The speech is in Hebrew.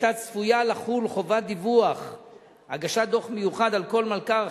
היתה צפויה לחול חובת הגשת דוח מיוחד על כל מלכ"ר.